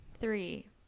Three